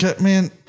man